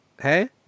Hey